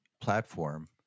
platform